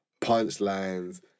punchlines